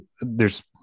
there's-